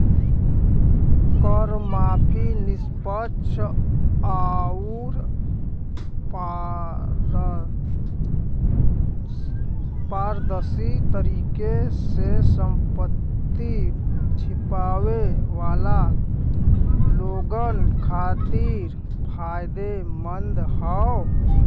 कर माफी निष्पक्ष आउर पारदर्शी तरीके से संपत्ति छिपावे वाला लोगन खातिर फायदेमंद हौ